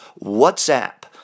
WhatsApp